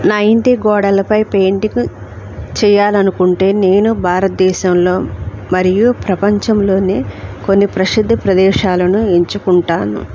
నా ఇంటి గోడలపై పెయింటింగ్ చేయాలనుకుంటే నేను భారతదేశంలో మరియు ప్రపంచంలోనే కొన్ని ప్రసిద్ధ ప్రదేశాలను ఎంచుకుంటాను